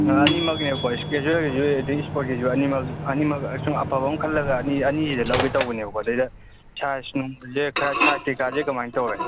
ꯑꯅꯤꯃꯛꯅꯦꯕꯀꯣ ꯀꯦꯖ꯭ꯋꯦꯜꯒꯤꯁꯦ ꯑꯗꯩ ꯏꯁꯄꯣꯔꯠꯀꯤꯁꯨ ꯑꯅꯤꯃꯛ ꯑꯅꯤꯃꯛ ꯑꯃꯁꯨꯡ ꯑꯐꯕ ꯑꯃ ꯈꯜꯂꯒ ꯑꯅꯤꯁꯤꯗꯒꯤ ꯂꯧꯒꯦ ꯇꯧꯕꯅꯦꯕꯀꯣ ꯑꯗꯩꯗ ꯁꯥꯏꯖꯅꯨꯡꯁꯦ ꯈꯔ ꯁꯥꯏꯖ ꯀꯩꯀꯥꯁꯦ ꯀꯃꯥꯏꯅ ꯇꯧꯏ